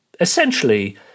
essentially